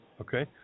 Okay